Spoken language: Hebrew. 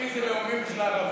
אזרחי זה לאומי בשביל הערבים.